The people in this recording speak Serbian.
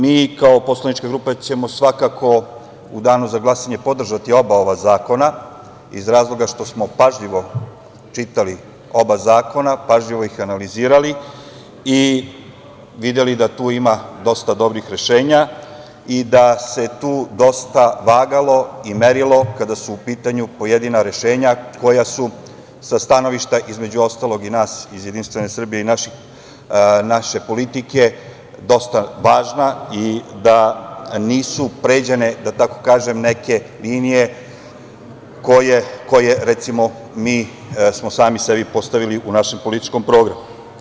Mi kao poslanička grupa ćemo svakako u danu za glasanje podržati oba ova zakona iz razloga što smo pažljivo čitali oba zakona, pažljivo ih analizirali, i videli da tu ima dosta dobrih rešenja i da se tu dosta vagalo i merilo, kada su u pitanju pojedina rešenja, koja su, sa stanovišta između ostalog i nas, iz Jedinstvene Srbije i naše politike, dosta važna i da nisu pređene neke linije, koje recimo mi smo sami sebi postavili u političkom programu.